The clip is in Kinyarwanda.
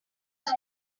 iki